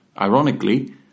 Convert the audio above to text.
Ironically